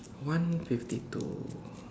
one fifty two